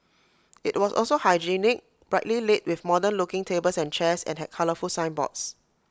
IT was also hygienic brightly lit with modern looking tables and chairs and had colourful signboards